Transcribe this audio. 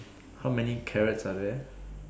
how many carrots are there